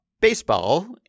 baseball